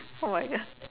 oh my god